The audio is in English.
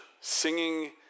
singing